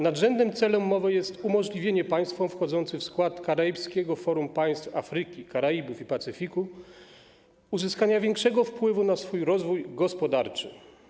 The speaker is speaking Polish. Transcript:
Nadrzędnym celem umowy jest umożliwienie państwom wchodzącym w skład Karaibskiego Forum Państw Afryki, Karaibów i Pacyfiku uzyskania większego wpływu na ich rozwój gospodarczy.